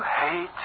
hate